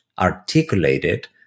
articulated